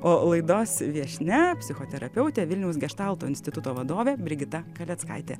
o laidos viešnia psichoterapeutė vilniaus geštalto instituto vadovė brigita kaleckaitė